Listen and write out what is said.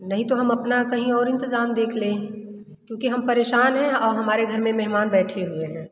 नहीं तो हम अपना कहीं और इंतेज़ाम देख लें क्योंकि हम परेशान हैं हमारे घर में मेहमान बैठे हुए हैं